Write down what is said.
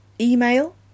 email